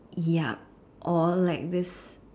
yup or like this